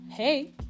hey